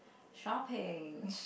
shopping